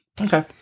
Okay